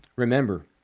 Remember